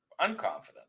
unconfident